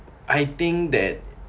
I think that